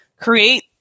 create